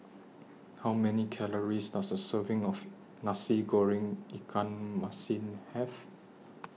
How Many Calories Does A Serving of Nasi Goreng Ikan Masin Have